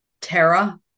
Tara